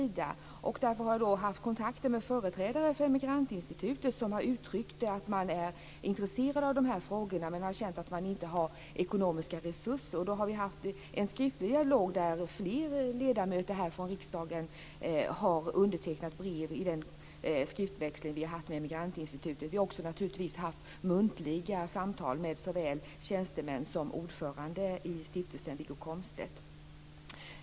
Därför har jag haft kontakter med företrädare för Emigrantinstitutet, som har uttryckt att man är intresserad av de här frågorna men känner att man inte har ekonomiska resurser. Då har vi haft en skriftlig dialog med Emigrantinstitutet där flera ledamöter från riksdagen har undertecknat brev. Vi har naturligtvis också haft muntliga samtal med såväl tjänstemän som ordföranden i stiftelsen, Wiggo Komstedt.